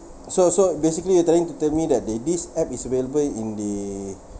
so so basically you trying to tell me that that this app is available in the